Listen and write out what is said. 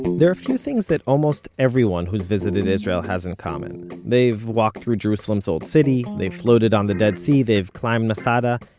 and there a few things that almost everyone who has visited israel has in common they've walked through jerusalem's old city, they've floated on the dead sea, they've climbed masada,